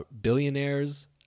billionaires